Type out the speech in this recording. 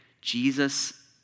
Jesus